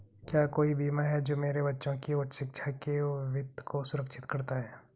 क्या कोई बीमा है जो मेरे बच्चों की उच्च शिक्षा के वित्त को सुरक्षित करता है?